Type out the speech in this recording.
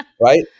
right